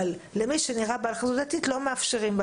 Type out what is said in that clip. אבל למי שיש חזות דתית לא מאפשרים לעבור.